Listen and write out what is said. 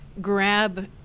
grab